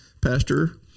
Pastor